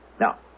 Now